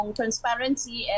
transparency